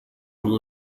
urwo